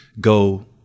go